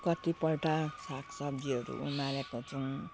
कतिपल्ट सागसब्जीहरू उमारेको छौँ